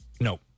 No